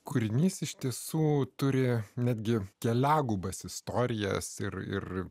kūrinys iš tiesų turėjo netgi keliagubas istorijas ir ir